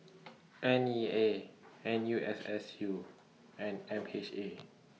N E A N U S S U and M H A